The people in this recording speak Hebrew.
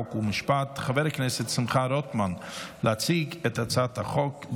חוק ומשפט חבר הכנסת שמחה רוטמן להציג את הצעת החוק.